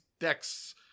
decks